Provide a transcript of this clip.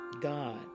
God